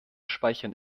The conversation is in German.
speichern